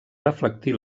reflectir